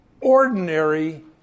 ordinary